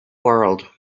world